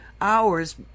hours